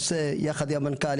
עושה יחד עם המנכ"ל,